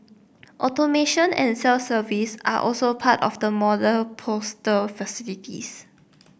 automation and self service are also part of the modern postal facilities